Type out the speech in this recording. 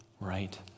right